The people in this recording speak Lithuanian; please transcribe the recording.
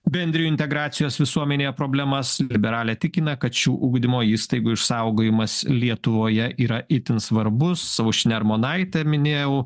bendrijų integracijos visuomenėje problemas liberalė tikina kad šių ugdymo įstaigų išsaugojimas lietuvoje yra itin svarbus su aušrine armonaitė minėjau